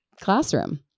classroom